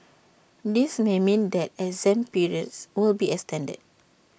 this may mean that exam periods will be extended